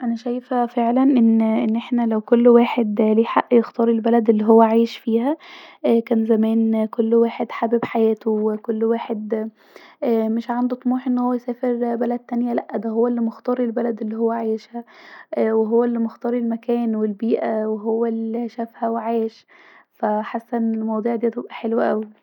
انا شايفه فعلا أن احنا لو كل واحد ليه حق يختار البلد الي عايش فيها كان زمان كل واحد واحد حابب حياته ومش عايز ومش عنده طموح أنه يسافر بلد تانيه لا هو عايش في البلد الي هو حاببها وهو الي مختار المكان والبيئه وهو الي عاش ف حاسه ان المواضيع دي هتبقي حلوه اوي